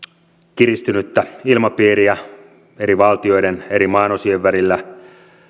kiristynyttä ilmapiiriä eri valtioiden ja eri maanosien välillä